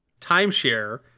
timeshare